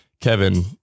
Kevin